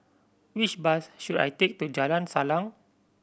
which bus should I take to Jalan Salang